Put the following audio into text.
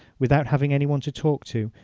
without having any one to talk to,